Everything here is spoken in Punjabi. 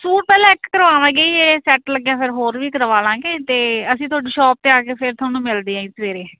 ਸੂਟ ਪਹਿਲਾਂ ਇੱਕ ਕਰਵਾਵਾਂਗੇ ਇਹ ਸੈਟ ਲੱਗਿਆ ਫਿਰ ਹੋਰ ਵੀ ਕਰਵਾ ਲਾਵਾਂਗੇ ਅਤੇ ਅਸੀਂ ਤੁਹਾਡੀ ਸ਼ੋਪ 'ਤੇ ਆ ਕੇ ਫਿਰ ਤੁਹਾਨੂੰ ਮਿਲਦੇ ਆ ਜੀ ਸਵੇਰੇ